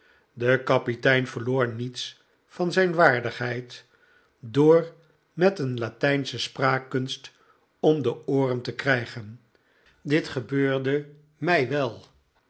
de kapitein verlo'or niets van zijn waardigheid door met een latijnsche spraakkunst om de ooren te krijgen dit gebeurde mij wel